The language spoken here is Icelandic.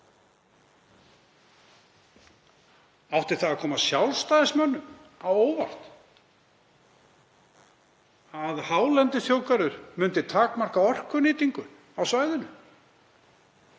Átti það að koma Sjálfstæðismönnum á óvart að hálendisþjóðgarður myndi takmarka orkunýtingu á svæðinu